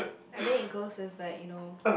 I mean it goes with like you know